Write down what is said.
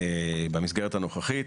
במסגרת הנוכחית,